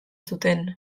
zuten